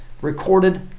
recorded